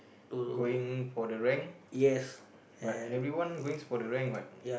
going for the rank but everyone going for the rank [what]